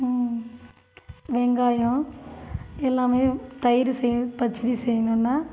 வெங்காயம் எல்லாமே தயிர் செய்ய பச்சடி செய்யணுன்னா